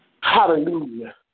Hallelujah